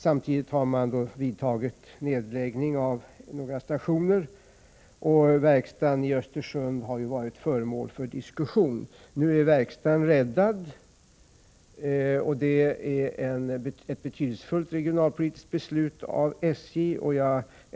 Samtidigt har man beslutat om nedläggning av några stationer. Verkstaden i Östersund har dessutom varit föremål för diskussion. Nu är verkstaden räddad, och det är så långt ett betydelsefullt regionalpolitiskt beslut som SJ fattat.